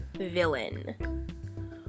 villain